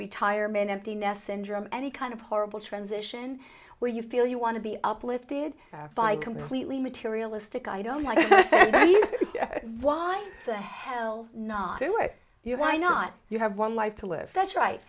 retirement empty nest syndrome any kind of horrible transition where you feel you want to be uplifted by completely materialistic i don't like why the hell not do it you why not you have one life to live that's right